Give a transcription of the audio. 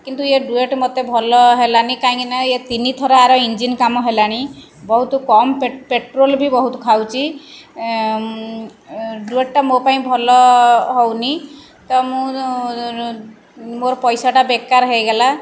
କିନ୍ତୁ ଏ ଡୁୟେଟ ମୋତେ ଭଲ ହେଲାନି କାଇଁକିନା ଏ ତିନିଥର ୟାର ଇଞ୍ଜିନ କାମ ହେଲାଣି ବହୁତ କମ ପେଟ୍ରୋଲ ପେଟ୍ରୋଲ ବି ବହୁତ ଖାଉଛି ଡୁୟେଟଟା ମୋ ପାଇଁ ଭଲ ହଉନି ତ ମୁଁ ମୋର ପଇସାଟା ବେକାର ହେଇଗଲା